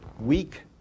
weak